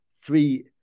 three